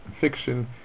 fiction